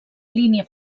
línia